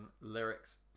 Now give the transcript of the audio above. Lyrics